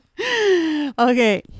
Okay